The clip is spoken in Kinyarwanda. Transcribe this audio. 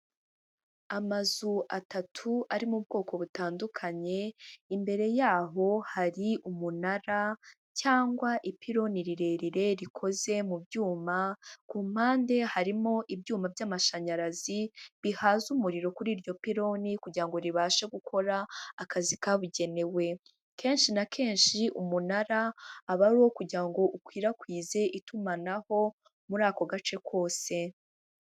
Amazu atatu ari mu bwoko butandukanye, imbere yaho hari umunara cyangwa ipironi rirerire rikozwe mu byuma, ku mpande harimo ibyuma by'amashanyarazi bihaza umuriro kuri iryo pironi kugira ngo ribashe gukora akazi kabugenewe, kenshi na kenshi umunara aba ari kugira ngo ukwirakwize itumanaho muri ako gace kose.